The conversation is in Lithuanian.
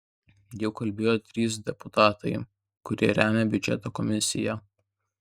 jau kalbėjo trys deputatai kurie remia biudžeto komisiją